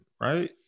right